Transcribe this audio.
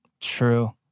True